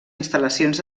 instal·lacions